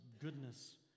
goodness